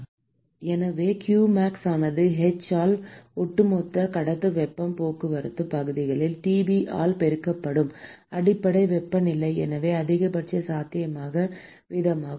எனவே qmax ஆனது H ஆல் ஒட்டுமொத்த கடத்தும் வெப்பப் போக்குவரத்துப் பகுதியில் Tb ஆல் பெருக்கப்படும் அடிப்படை வெப்பநிலை எனவே அதிகபட்ச சாத்தியமான வீதமாகும்